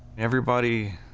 everybody